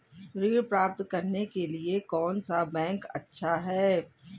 ऋण प्राप्त करने के लिए कौन सा बैंक अच्छा है?